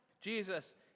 Jesus